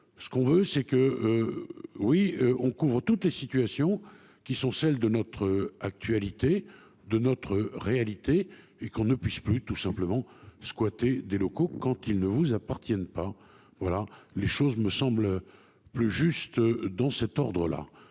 ce qu'on veut c'est que. Oui on couvre toutes les situations qui sont celles de notre actualité de notre réalité et qu'on ne puisse plus tout simplement squatter des locaux quand ils ne vous appartiennent pas. Voilà les choses me semble plus juste. Dans cet ordre là.